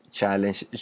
challenge